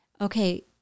okay